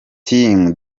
team